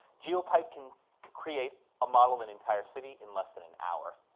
geopipe can create a model of an entire city in less than an hour.